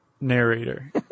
narrator